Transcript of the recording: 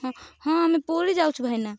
ହଁ ହଁ ଆମେ ପୁରୀ ଯାଉଛୁ ଭାଇନା